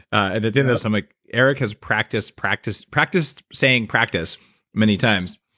and to do this i'm like eric has practice, practice, practiced saying practice many times.